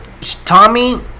Tommy